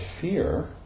fear